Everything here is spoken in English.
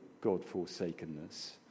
God-forsakenness